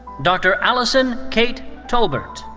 dr. allison kate tolbert.